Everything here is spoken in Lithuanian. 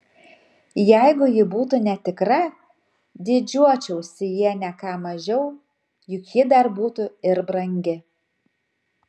jeigu ji būtų netikra didžiuočiausi ja ne ką mažiau juk ji dar būtų ir brangi